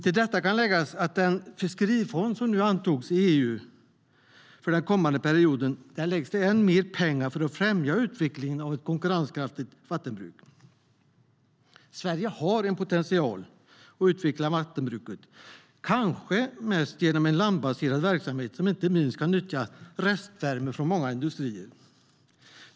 Till detta kan läggas att till den fiskerifond som antogs i EU för den kommande perioden läggs det ännu mer pengar för att främja utvecklingen av ett konkurrenskraftigt vattenbruk. Sverige har potential att utveckla vattenbruket, kanske mest genom landbaserad verksamhet som inte minst kan nyttja restvärme från många industrier.